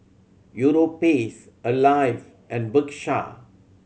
Europace Alive and Bershka